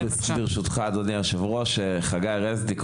ברשותך אדוני היושב ראש, שמי חגי רזניק,